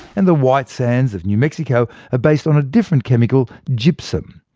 and the white sands of new mexico are based on a different chemical, gypsum,